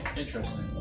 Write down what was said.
interesting